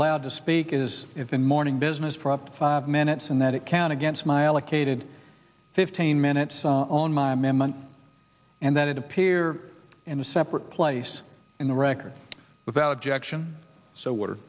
allowed to speak is if the morning business for up to five minutes and that it can against my allocated fifteen minutes on my memo and that it appear in a separate place in the record without objection so water